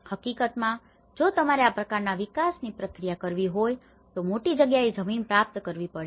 હકીકતમાં જો તમારે આ પ્રકારના વિકાસની પ્રક્રિયા કરવી હોય તો મોટી જગ્યાએ જમીન પ્રાપ્ત કરવી પડે